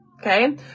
Okay